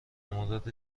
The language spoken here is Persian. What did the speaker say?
مورد